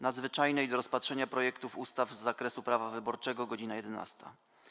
Nadzwyczajnej do rozpatrzenia projektów ustaw z zakresu prawa wyborczego - godz. 11,